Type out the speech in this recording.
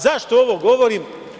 Zašto ovo govorim?